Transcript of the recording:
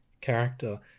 character